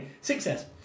success